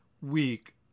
week